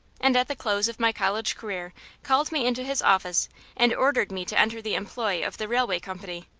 and at the close of my college career called me into his office and ordered me to enter the employ of the railway company.